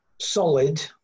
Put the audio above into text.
solid